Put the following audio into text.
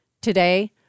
Today